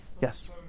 Yes